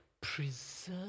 Preserve